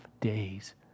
days